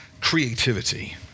creativity